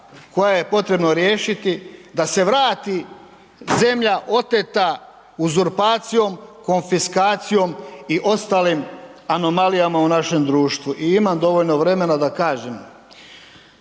koja je potrebno riješiti, da se vrati zemlja oteta uzurpacijom, konfiskacijom i ostalim anomalijama u našem društvu i imam dovoljno vremena da kažem,